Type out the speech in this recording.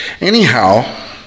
anyhow